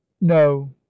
No